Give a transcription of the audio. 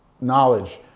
knowledge